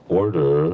order